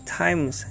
times